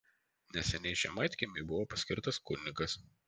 neseniai žemaitkiemiui buvo paskirtas kunigas